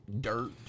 Dirt